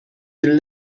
will